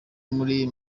muri